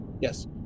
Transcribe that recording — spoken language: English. Yes